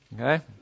Okay